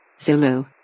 Zulu